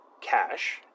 cash